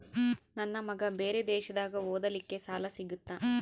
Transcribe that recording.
ನನ್ನ ಮಗ ಬೇರೆ ದೇಶದಾಗ ಓದಲಿಕ್ಕೆ ಸಾಲ ಸಿಗುತ್ತಾ?